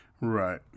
Right